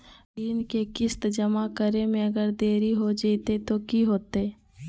ऋण के किस्त जमा करे में अगर देरी हो जैतै तो कि होतैय?